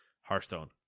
hearthstone